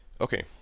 Okay